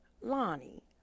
Lonnie